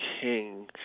King